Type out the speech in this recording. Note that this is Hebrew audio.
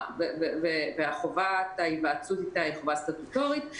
וחובת ההיוועצות אתה היא חובה סטטוטורית.